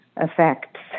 effects